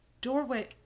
doorway